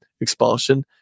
expulsion